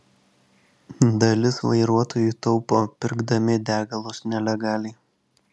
dalis vairuotojų taupo pirkdami degalus nelegaliai